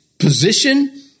position